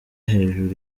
hejuru